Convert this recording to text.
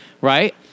Right